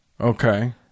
Okay